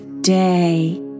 day